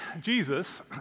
Jesus